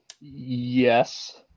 yes